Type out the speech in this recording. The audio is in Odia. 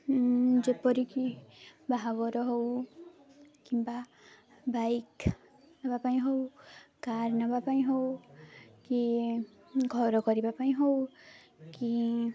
ଯେପରିକି ବାହାଘର ହେଉ କିମ୍ବା ବାଇକ୍ ନେବା ପାଇଁ ହେଉ କାର୍ ନେବା ପାଇଁ ହେଉ କି ଘର କରିବାପାଇଁ ହେଉ କି